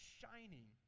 shining